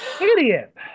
Idiot